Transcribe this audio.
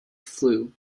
flu